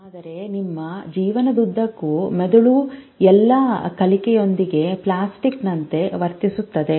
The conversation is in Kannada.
ಆದರೆ ನಿಮ್ಮ ಜೀವನದುದ್ದಕ್ಕೂ ಮೆದುಳು ಎಲ್ಲಾ ಕಲಿಕೆಯೊಂದಿಗೆ ಪ್ಲಾಸ್ಟಿಕ್ನಂತೆ ವರ್ತಿಸುತ್ತದೆ